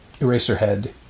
Eraserhead